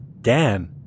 Dan